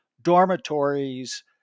dormitories